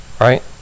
Right